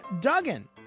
Duggan